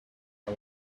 our